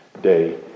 day